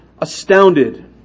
astounded